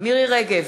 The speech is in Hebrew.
מירי רגב,